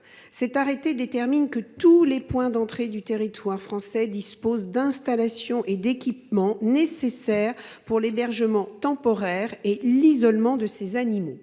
Cet arrêté détermine que tous les points d’entrée du territoire français disposent d’installations et d’équipements nécessaires pour l’hébergement temporaire et l’isolement de ces animaux.